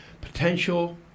potential